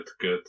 Good